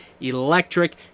electric